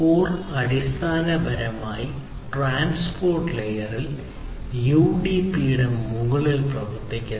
core അടിസ്ഥാനപരമായി transport ലെയറിൽ യുഡിപിയുടെ മുകളിൽ പ്രവർത്തിക്കുന്നു